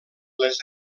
les